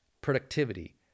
productivity